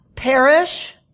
Perish